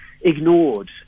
ignored